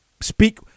speak